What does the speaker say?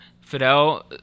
Fidel